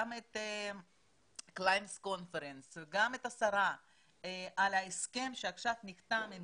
גם את ועידת התביעות וגם את השרה על ההסכם שעכשיו נחתם עם